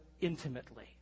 intimately